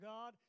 God